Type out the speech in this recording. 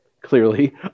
clearly